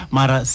Mara